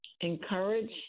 encourage